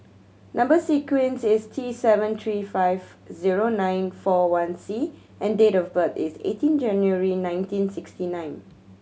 number sequence is T seven three five zero nine four one C and date of birth is eighteen January nineteen sixty nine